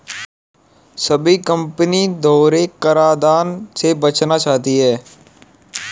सभी कंपनी दोहरे कराधान से बचना चाहती है